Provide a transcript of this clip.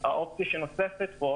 האופציה שנוספת פה,